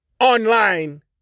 online